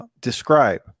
describe